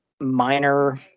minor